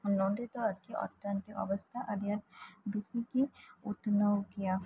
ᱱᱚᱰᱮ ᱫᱚ ᱟᱨᱛᱷᱤᱠ ᱚᱵᱚᱥᱛᱟ ᱟᱹᱰᱤ ᱟᱴᱜᱤ ᱵᱮᱥᱤᱜᱤ ᱩᱛᱷᱱᱟᱹᱣ ᱜᱮᱭᱟ